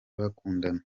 bakundana